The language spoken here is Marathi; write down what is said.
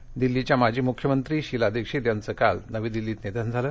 दीक्षितः दिल्लीच्या माजी मुख्यंमत्री शीला दीक्षित यांचं काल नवी दिल्लीत निधन झालं